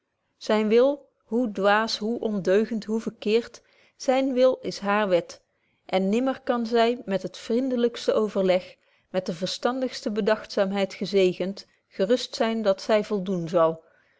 zyn wil hoe dwaas hoe ondeugend hoe verkeerd zyn wil is haar wet en nimmer kan zy met het vriendelykste overleg met de verstandigste bedagtzaamheid gezegend gerust zyn dat zy voldoen zal